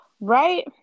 Right